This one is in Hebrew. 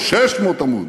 600 עמודים.